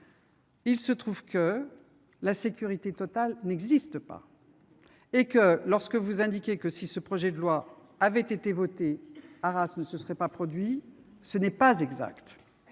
Il se trouve que la sécurité totale n’existe pas. Lorsque vous indiquez que, si ce projet de loi avait été voté, Arras ne se serait pas produit, vous dites